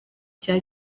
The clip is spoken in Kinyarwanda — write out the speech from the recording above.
cya